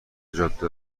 جاده